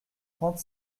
trente